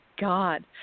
God